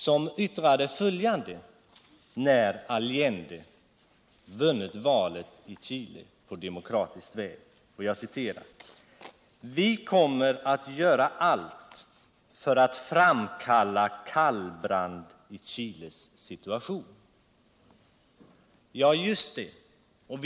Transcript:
Han yttrade följande när Allende vunnit valet i Chile på demokratisk väg: ”Vi kommer att göra allt för att framkalla kallbrand i Chiles situation.” Ja, just det.